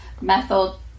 methyl